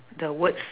the words